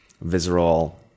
visceral